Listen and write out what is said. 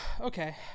Okay